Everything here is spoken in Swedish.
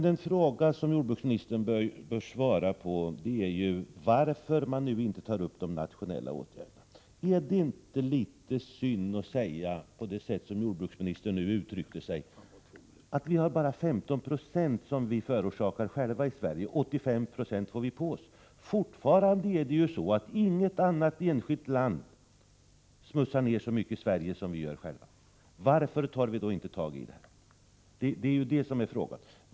Den fråga som jordbruksministern bör svara på är varför man nu inte vidtar nationella åtgärder. Det är litet synd att behöva säga, som jordbruksministern uttryckte sig, att det bara är 15 96 av föroreningarna som vi förorsakar själva i Sverige —85 90 får vi på oss. Fortfarande är det inget annat enskilt land som smutsar ner Sverige så mycket som vi gör själva. Varför tar vi då inte tagi problemet? Det är detta som är frågan.